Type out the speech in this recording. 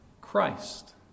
Christ